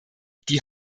die